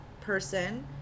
person